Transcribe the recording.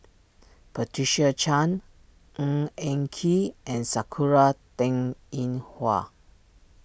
Patricia Chan Ng Eng Kee and Sakura Teng Ying Hua